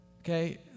Okay